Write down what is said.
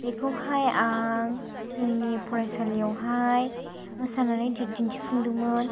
बेखौहाय आं जोंनि फरायसालियावहाय मोसानानै दिन्थिफुदोंमोन बेयाव